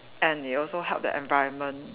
and it also help the environment